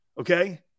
okay